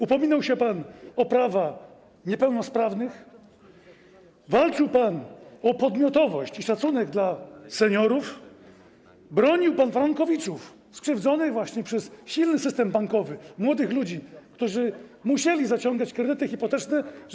Upominał się pan o prawa niepełnosprawnych, walczył pan o podmiotowość i szacunek dla seniorów, bronił pan frankowiczów skrzywdzonych właśnie przez silny system bankowy, młodych ludzi, którzy musieli zaciągać kredyty hipoteczne we frankach.